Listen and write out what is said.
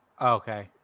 Okay